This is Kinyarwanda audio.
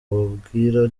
ubabwira